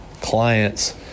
clients